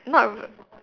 not re~